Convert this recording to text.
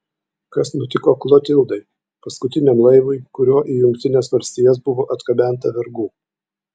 kas nutiko klotildai paskutiniam laivui kuriuo į jungtines valstijas buvo atgabenta vergų